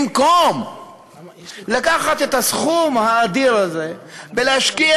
במקום לקחת את הסכום האדיר הזה ולהשקיע